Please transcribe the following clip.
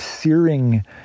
searing